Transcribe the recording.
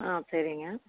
ஆ சரிங்க